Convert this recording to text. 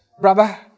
Brother